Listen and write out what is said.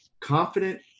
confident